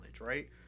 right